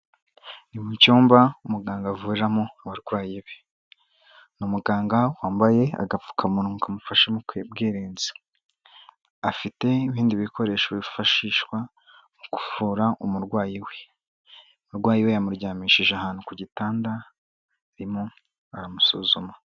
Ni mu cyumba muganga avuriramo abarwayi be, ni umuganga wambaye agapfukamunwa kamufashe mu bwirinzi, afite ibindi bikoresho byifashishwa mu kuvura umurwayi we, umurwayi we yamuryamishije ahantu ku gitanda arimo aramusuzuma.